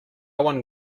one